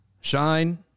shine